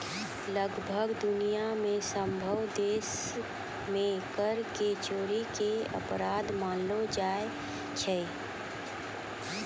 लगभग दुनिया मे सभ्भे देशो मे कर के चोरी के अपराध मानलो जाय छै